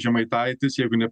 žemaitaitis jeigu ne